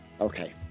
Okay